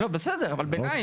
לא, בסדר, אבל ביניים, לא נאום.